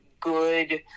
good